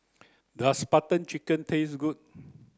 does Butter Chicken taste good